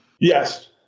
yes